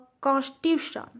constitution